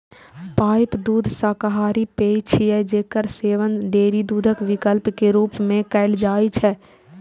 pipe दूध शाकाहारी पेय छियै, जेकर सेवन डेयरी दूधक विकल्प के रूप मे कैल जाइ छै